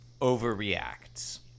overreacts